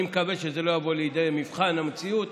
אני מקווה שזה לא יבוא לידי מבחן המציאות.